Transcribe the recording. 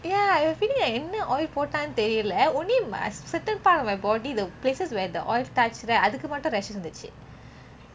ya thinking like என்ன:enna oil போட்டான் தெரியலே:pottan theriyileh only my certain part of my body the places where the oil touch right அதுக்கு மட்டும்:athukku mattum rashes வந்துச்சு:vanthuchu